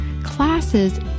classes